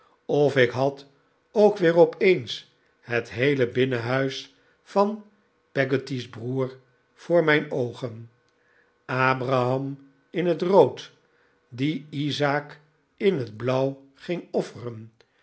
of ik had ook weer opeens het heele binnenhuis van peggotty's broer voor mijn oogen abraham in het rood die isaak in het blauw ging offeren